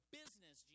business